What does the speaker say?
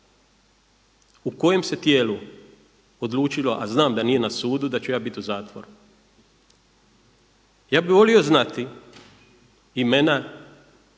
u kojem se tijelu odlučilo a znam da nije na sudu da ću ja biti u zatvoru. Ja bih volio znati imena